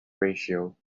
ratio